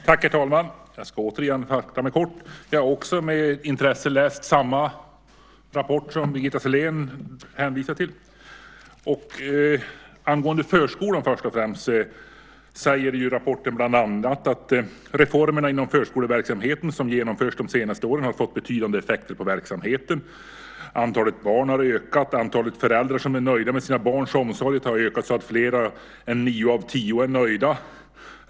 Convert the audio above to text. Herr talman! Jag ska återigen fatta mig kort. Jag har också med intresse läst samma rapport som Birgitta Sellén hänvisar till. Angående förskolan, först och främst, säger rapporten bland annat att de reformer inom förskoleverksamheten som genomförts de senaste åren har fått betydande effekter på verksamheten. Antalet barn har ökat. Antalet föräldrar som är nöjda med sina barns omsorg har ökat så att fler än nio av tio är nöjda.